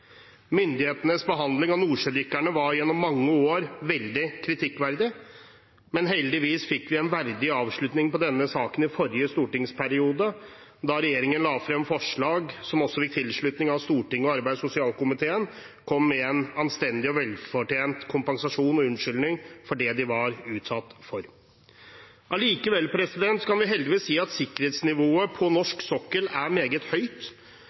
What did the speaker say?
Myndighetenes behandling av nordsjødykkerne var gjennom mange år veldig kritikkverdig, men heldigvis fikk vi en verdig avslutning på denne saken i forrige stortingsperiode da regjeringen la frem forslag, som også fikk tilslutning fra Stortinget gjennom arbeids- og sosialkomiteens innstilling. Man kom med en anstendig og velfortjent kompensasjon og unnskyldning for det dykkerne var utsatt for. Allikevel kan vi heldigvis si at sikkerhetsnivået på norsk sokkel er meget høyt,